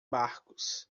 barcos